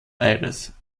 aires